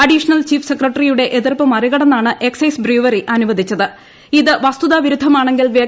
additional chief സെക്രട്ടറിയുടെ എതിർപ്പ് മറികടന്നാണ് എക്സൈസ് ബ്രൂവറി വസ്തുതാവിരുദ്ധമാണെങ്കിൽ അനുവദിച്ചത്